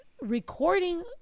recording